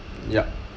yup